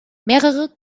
mehrere